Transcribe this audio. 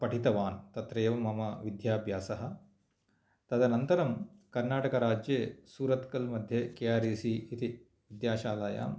पठितवान् तत्र एव मम विद्याभ्यासः तदनन्तरं कर्णाटकराज्ये सूरत्कल् मध्ये के आर् ई सी इति विद्याशालायां